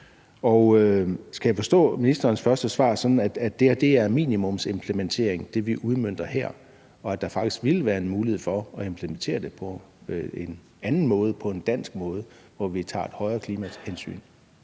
Og skal jeg forstå ministerens første svar sådan, at det, vi udmønter her, er en minimumsimplementering, og at der faktisk ville være en mulighed for at implementere det på en anden måde, på en dansk måde, hvor vi tager et højere klimahensyn?